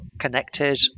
connected